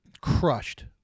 crushed